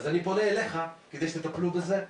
אני פונה אליך כדי שתטפלו בזה.